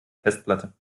festplatte